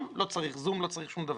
ולא צריך "זום" ולא שום דבר.